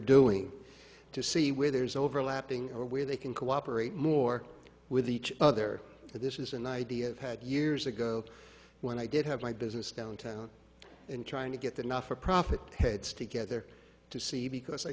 doing to see where there's overlapping or where they can cooperate more with each other and this is an idea of had years ago when i did have my business downtown and trying to get enough for profit heads together to see because i